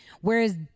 Whereas